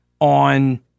on